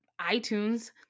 iTunes